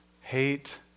hate